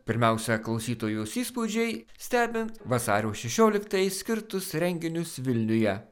pirmiausia klausytojos įspūdžiai stebint vasario šešioliktajai skirtus renginius vilniuje